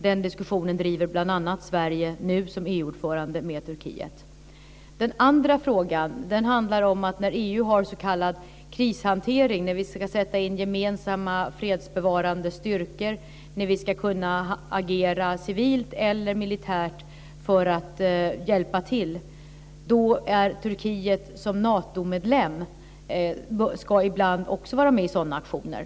Den diskussonen driver bl.a. Sverige, nu som EU-ordförande, med Turkiet. Den andra frågan handlar om EU:s s.k. krishantering, när vi ska sätta in gemensamma fredsbevarande styrkor, när vi ska kunna agera civilt eller militärt för att hjälpa till. I sådana aktioner ska Turkiet som Natomedlem ibland också vara med.